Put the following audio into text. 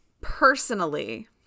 personally